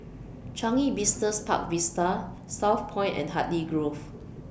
Changi Business Park Vista Southpoint and Hartley Grove